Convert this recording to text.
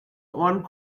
one